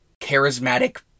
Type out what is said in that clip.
charismatic